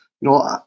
no